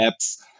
apps